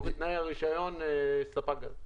או בתנאי רישיון ספק גז.